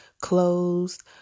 closed